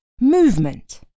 movement